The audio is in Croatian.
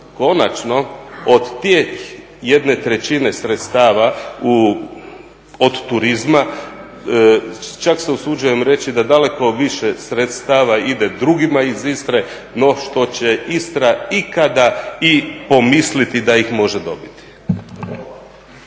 Konačno, od tih jedne trećine sredstava od turizma, čak se usuđujem reći da daleko više sredstava ide drugim iz Istre, no što će Istra ikada i pomisliti da ih može dobiti.